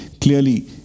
clearly